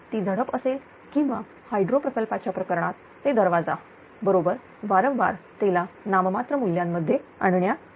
ती झडप असेल किंवा हायड्रो प्रकल्पाच्या प्रकरणात ते दरवाजा बरोबर वारंवारतेला नाममात्र मूल्यामध्ये आणण्यासाठी